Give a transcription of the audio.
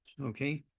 okay